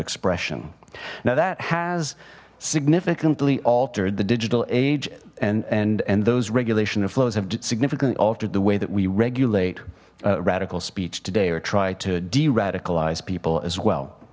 expression now that has significantly altered the digital age and and and those regulation of flows have significantly altered the way that we regulate radical speech today or try to deer addict lies people as well